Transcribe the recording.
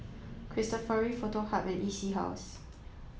Cristofori Foto Hub and E C House